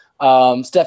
Steph